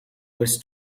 with